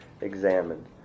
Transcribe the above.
examined